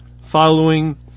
following